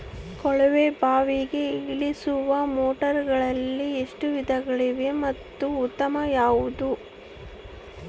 ಕೊಳವೆ ಬಾವಿಗೆ ಇಳಿಸುವ ಮೋಟಾರುಗಳಲ್ಲಿ ಎಷ್ಟು ವಿಧಗಳಿವೆ ಮತ್ತು ಉತ್ತಮ ಯಾವುದು?